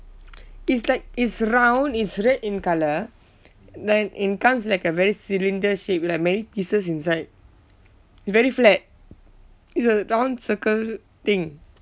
it's like it's round it's red in colour then it comes in like a very cylinder shape like many pieces inside very flat it's a round circle thing